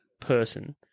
person-